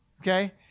okay